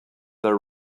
their